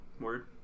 Word